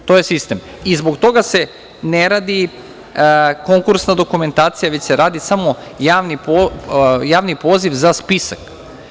To je sistem, i zbog toga se ne radi konkursna dokumentacija, već se radi samo javni poziv za spisak.